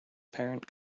parent